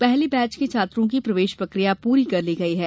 पहले बैच के छात्रों की प्रवेश प्रक्रिया पूरी कर ली गई है